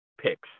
picks